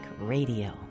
Radio